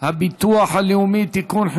הביטוח הלאומי (תיקון,